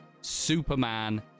Superman